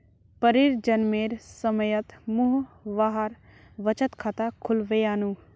परीर जन्मेर समयत मुई वहार बचत खाता खुलवैयानु